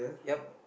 yup